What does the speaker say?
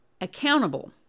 accountable